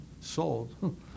sold